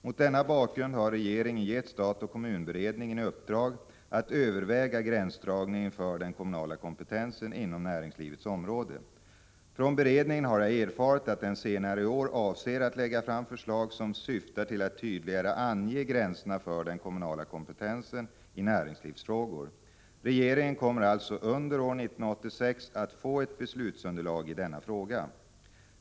Mot denna bakgrund har regeringen gett stat-kommun-beredningen i uppdrag att överväga gränsdragningen för den kommunala kompetensen inom näringslivets område. Från beredningen har jag erfarit att den senare i år avser att lägga fram förslag som syftar till att tydligare ange gränserna för den kommunala kompetensen i näringslivsfrågor. Regeringen kommer alltså under år 1986 att få ett beslutsunderlag i denna fråga.